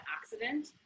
accident